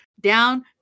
down